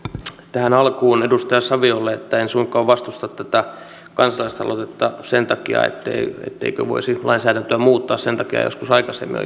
tähän alkuun edustaja saviolle en suinkaan vastusta tätä kansalaisaloitetta sen takia etteikö voisi lainsäädäntöä muuttaa vaikka joskus aikaisemmin